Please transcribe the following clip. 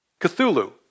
Cthulhu